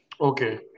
Okay